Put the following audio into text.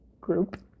group